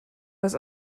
was